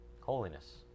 Holiness